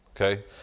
Okay